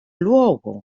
luogo